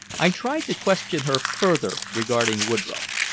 i tried to question her further regarding woodroffe,